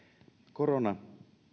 korona